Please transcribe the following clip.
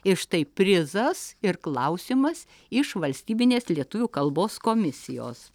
ir štai prizas ir klausimas iš valstybinės lietuvių kalbos komisijos